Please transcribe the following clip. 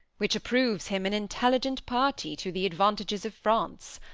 which approves him an intelligent party to the advantages of france.